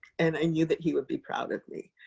and i knew that he would be proud of me.